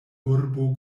urbo